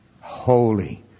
Holy